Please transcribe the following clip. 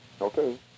okay